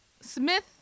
Smith